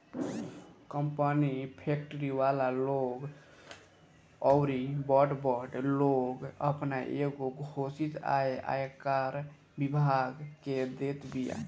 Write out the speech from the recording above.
company, factory वाला लोग अउरी बड़ बड़ लोग आपन एगो घोषित आय आयकर विभाग के देत बिया